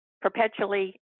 perpetually